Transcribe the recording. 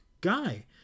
guy